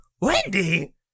Wendy